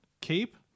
Cape